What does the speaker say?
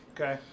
Okay